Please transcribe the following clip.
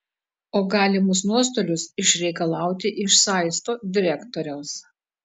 o galimus nuostolius išreikalauti iš saisto direktoriaus